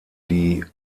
die